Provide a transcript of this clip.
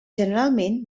generalment